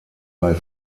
bei